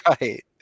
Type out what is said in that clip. Right